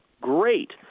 Great